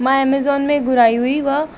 मां एमेज़ॉन में घुराई हुई उहा